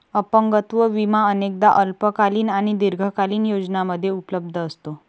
अपंगत्व विमा अनेकदा अल्पकालीन आणि दीर्घकालीन योजनांमध्ये उपलब्ध असतो